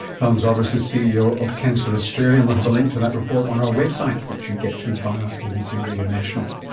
helen zorbas is ceo of cancer australia, and have a link to that report on our website which you get to via abc radio national.